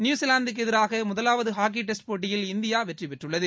நியுஸிவாந்துக்கு எதிராக முதலாவது hockey test போட்டியில் இந்தியா வெற்றி பெற்றதுள்ளது